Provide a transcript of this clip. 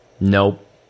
Nope